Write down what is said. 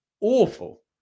awful